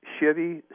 Chevy